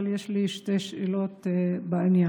אבל יש לי שתי שאלות בעניין.